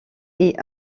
est